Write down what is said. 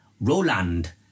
roland